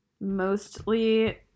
Mostly